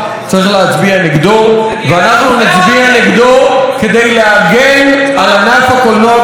ואנחנו נצביע נגדו כדי להגן על ענף הקולנוע בישראל מפני מבקשי רעתו.